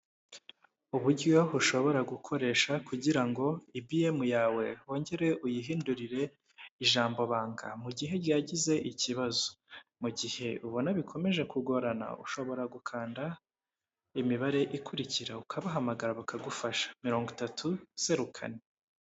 Uburyo ushobora gukoresha kugira ngo EBM yawe wongere uyihindurire ijambo banga, mu gihe ryagize ikibazo, mu gihe ubona bikomeje kugorana ushobora gukanda imibare ikurikira ukabahamagara bakagufasha mirongo itatu, zeru kane.